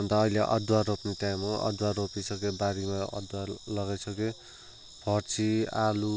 अन्त अहिले अदुवा रोप्ने टाइम हो अदुवा रोपिसक्यौँ बारीमा अदुवाहरू लगाइसकेँ फर्सी आलु